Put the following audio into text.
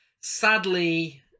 Sadly